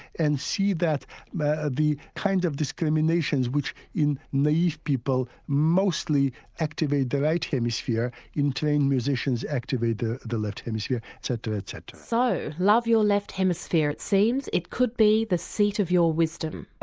and see that the kind of discriminations which in naive people mostly activate the right hemisphere in trained musicians activate the the left hemisphere etc. etc. so love your left hemisphere, it seems, it could be the seat of your wisdom.